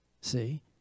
See